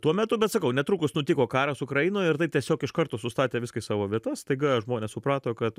tuo metu bet sakau netrukus nutiko karas ukrainoj ir tai tiesiog iš karto sustatė viską į savo vietas staiga žmonės suprato kad